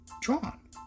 drawn